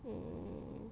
um